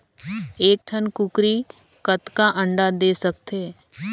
एक ठन कूकरी कतका अंडा दे सकथे?